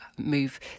move